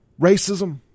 racism